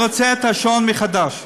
אני רוצה שתפעילי את השעון מחדש.